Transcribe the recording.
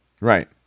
Right